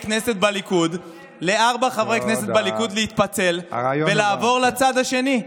כנסת בליכוד להתפצל ולעבור לצד השני,